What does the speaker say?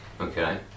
Okay